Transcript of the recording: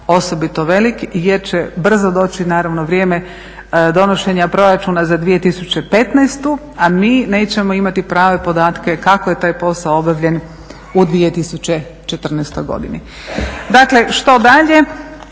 osobito velik jer će brzo doći naravno vrijeme donošenja proračuna za 2015. a mi nećemo imati prave podatke kako je taj posao obavljen u 2014. godini.